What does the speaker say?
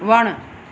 वणु